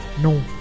no